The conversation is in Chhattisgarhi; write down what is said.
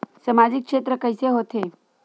सामजिक क्षेत्र के कइसे होथे?